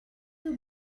you